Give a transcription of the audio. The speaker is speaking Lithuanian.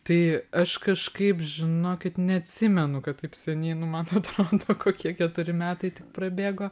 tai aš kažkaip žinokit neatsimenu kad taip seniai nu man atrodo kokie keturi metai tik prabėgo